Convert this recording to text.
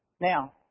Now